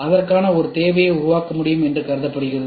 அதற்காக ஒரு தேவையை உருவாக்க முடியும் என்று கருதப்படுகிறது